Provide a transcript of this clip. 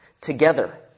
together